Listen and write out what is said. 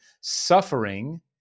suffering